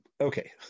Okay